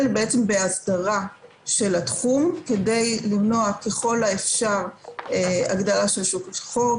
בהסדרה של התחום כדי למנוע ככל האפשר הגדלה של שוק אפור,